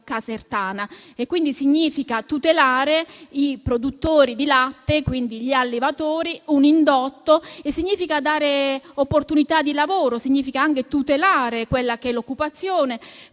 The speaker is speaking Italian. casertana. Quindi significa tutelare i produttori di latte, gli allevatori: un indotto. Significa dare opportunità di lavoro, significa anche tutelare l'occupazione,